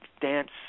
dance